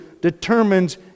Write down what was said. determines